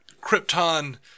Krypton